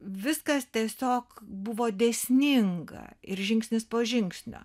viskas tiesiog buvo dėsninga ir žingsnis po žingsnio